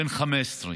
בן 15,